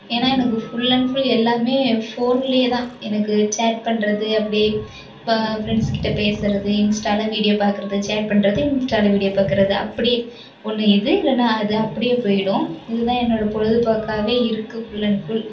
ஏன்னால் எனக்கு full and full எல்லாமே ஃபோனிலே தான் எனக்கு சேட் பண்ணுறது அப்படியே இப்போ ஃப்ரெண்ட்ஸ் கிட்டே பேசறது இன்ஸ்டாவில் வீடியோ பார்க்கறது சேட் பண்ணுறது இன்ஸ்டாவில் வீடியோ பார்க்கறது அப்படியே ஒன்று இது இல்லைனா அது அப்படியே போய்விடும் இது தான் என்னோட பொழுதுபோக்காகவே இருக்குது ஃபுல் அண்ட் ஃபுல்